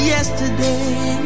Yesterday